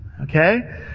Okay